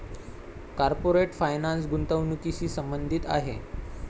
corporate finance गुंतवणुकीशी संबंधित आहे